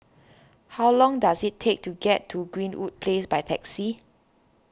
how long does it take to get to Greenwood Place by taxi